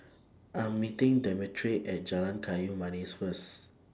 I'm meeting Demetric At Jalan Kayu Manis First